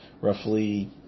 roughly